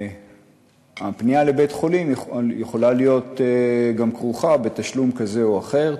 הפנייה לבית-חולים יכולה להיות גם כרוכה בתשלום כזה או אחר,